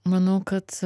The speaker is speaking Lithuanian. manau kad